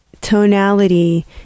tonality